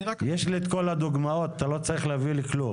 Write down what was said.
יש לי את כל הדוגמאות אתה לא צריך להביא לי כלום,